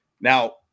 Now